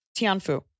Tianfu